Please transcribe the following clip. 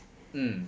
mm